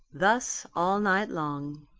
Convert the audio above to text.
thus all night long,